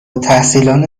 التحصیلان